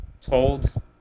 told